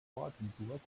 ortenburg